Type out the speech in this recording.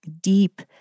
deep